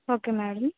okay madam